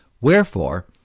wherefore